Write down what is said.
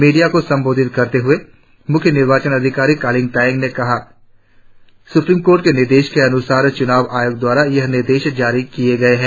media को संबोधित करते हुए मुख्य निर्वाचन अधिकारी कलिंग तायेंग ने कहा सुप्रीम कोर्ट के निर्देशों के अनुसार चुनाव आयोग द्वारा यह निर्देश जारी किए हैं